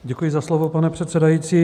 Děkuji za slovo, pane předsedající.